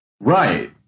Right